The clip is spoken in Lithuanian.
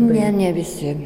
ne ne visi